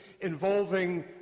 involving